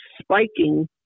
spiking